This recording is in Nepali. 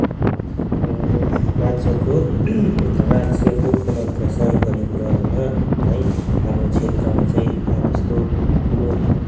राज्यको राज्यको इकोनोमीलाई सहयोग गर्ने कुराहरूमा है हाम्रो क्षेत्रमा चाहिँ त्यस्तो ठुलो